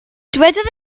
dywedodd